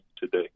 today